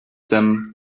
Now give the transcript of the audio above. them